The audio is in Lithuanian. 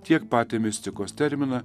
tiek patį mistikos terminą